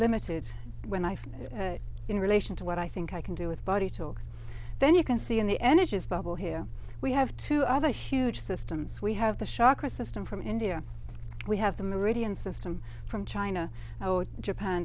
limited when i found in relation to what i think i can do with body talk then you can see in the energies bubble here we have two other huge systems we have the shako system from india we have the meridian system from china or japan